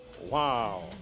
Wow